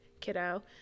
kiddo